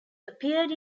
appeared